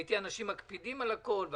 ראיתי אנשים מקפידים על הכול.